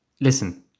listen